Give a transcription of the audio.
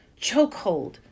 chokehold